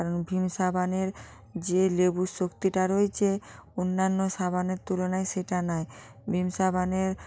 কারণ ভিম সাবানের যে লেবুর শক্তিটা রয়েছে অন্যান্য সাবানের তুলনায় সেটা নাই ভিম সাবানের